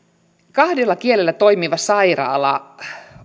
kahdella kielellä toimiva sairaala